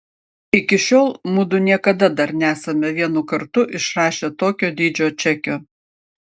iki šiol mudu niekada dar nesame vienu kartu išrašę tokio dydžio čekio